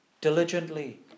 diligently